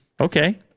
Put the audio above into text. Okay